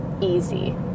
easy